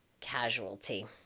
casualty